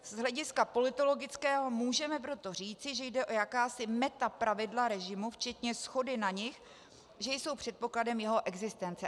Z hlediska politologického můžeme proto říci, že jde o jakási metapravidla režimu včetně shody na nich, že jsou předpokladem jeho existence.